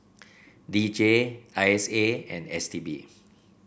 D J I S A and S T B